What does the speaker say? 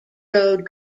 road